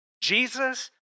Jesus